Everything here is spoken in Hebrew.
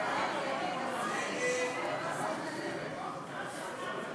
להסיר מסדר-היום את הצעת חוק העברת הכנסות